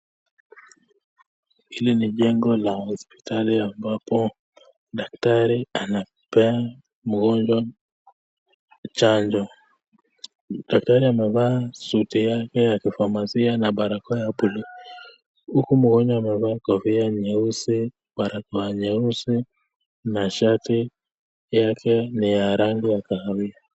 Hili ni jengo la hosiptali ambapo daktari anapea mgonjwa chanjo, daktari amevaa suti yake ya kifamasia na barakoa ya buluu, huku mgonjwa amevaa kofia nyeusi, barakoa nyeusi na shati yake ni ya rangi ya kahawia.